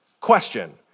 question